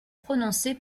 prononcé